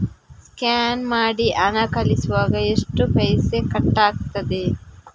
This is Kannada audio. ಸ್ಕ್ಯಾನ್ ಮಾಡಿ ಹಣ ಕಳಿಸುವಾಗ ಎಷ್ಟು ಪೈಸೆ ಕಟ್ಟಾಗ್ತದೆ?